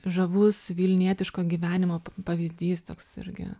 žavus vilnietiško gyvenimo p pavyzdys toks irgi